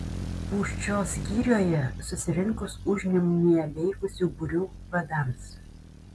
pūščios girioje susirinkus užnemunėje veikusių būrių vadams